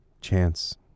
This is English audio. chance